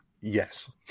Yes